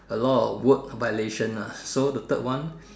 a lot of word violation ah so the third one